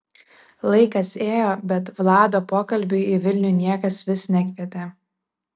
laikas ėjo bet vlado pokalbiui į vilnių niekas vis nekvietė